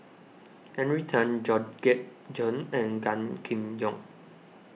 Henry Tan Georgette Chen and Gan Kim Yong